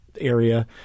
area